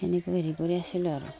সেনেকৈও হেৰি কৰি আছিলোঁ আৰু